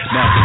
Now